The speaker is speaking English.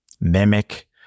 mimic